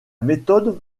méthode